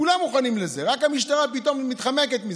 כולם מוכנים לזה, רק המשטרה פתאום מתחמקת מזה.